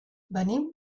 venim